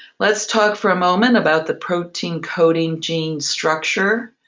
let's talk for a moment about the protein coding gene structure.